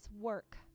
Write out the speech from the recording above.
work